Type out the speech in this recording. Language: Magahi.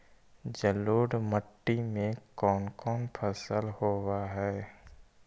जलोढ़ मट्टी में कोन कोन फसल होब है?